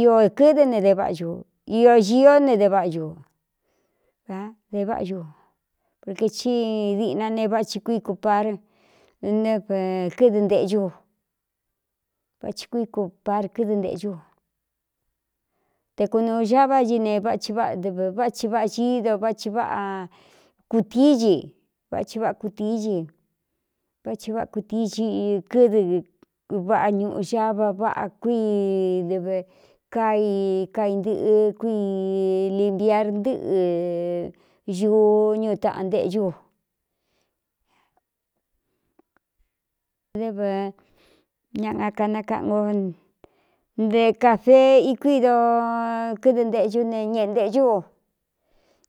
Iōkɨ́dɨ ne d váꞌau iō ñīó ne e váꞌau de váꞌa ñu porkē tí diꞌna ne váhi kui kupar nvɨdɨnꞌúváchi kuí kupar kɨ́dɨ ntēꞌcú u te kunūū ca vá i ne vái váꞌadɨv vá thi váꞌa īído váchi váꞌa kūtíí ñi váthi váꞌa kutíí ci váthi váꞌa kutií xi kɨ́dɨ váꞌa ñuꞌu xava váꞌa kui dɨv kai kaintɨꞌɨ kui liviar ntɨ́ꞌɨ ñuú ñuꞌ taꞌan ntéꞌñú v ñaakanakaꞌan ko nte kāfee iku ído kɨ́dɨ nteꞌñú ne ñeꞌe nteꞌñú o